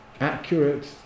accurate